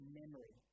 memory